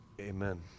Amen